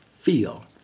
feel